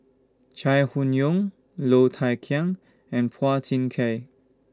Chai Hon Yoong Low Thia Khiang and Phua Thin Kiay